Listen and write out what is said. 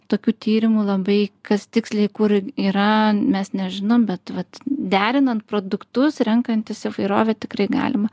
tokių tyrimų labai kas tiksliai kur yra mes nežinom bet vat derinant produktus renkantis įvairovę tikrai galima